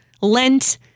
Lent